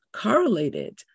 correlated